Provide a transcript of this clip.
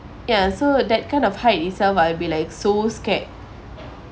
ya so that kind of height itself I'll be like so scared